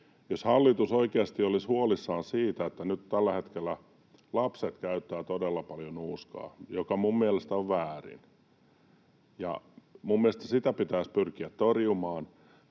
oikeasti olisi huolissaan siitä, että nyt tällä hetkellä lapset käyttävät todella paljon nuuskaa — joka mielestäni on väärin ja jota mielestäni pitäisi pyrkiä torjumaan